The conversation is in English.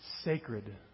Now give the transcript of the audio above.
sacred